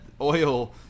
oil